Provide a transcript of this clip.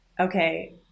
Okay